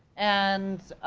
and,